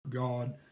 God